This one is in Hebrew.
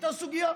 הייתה סוגיה,